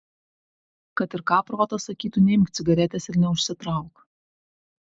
kad ir ką protas sakytų neimk cigaretės ir neužsitrauk